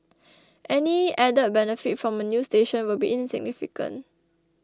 any added benefit from a new station will be insignificant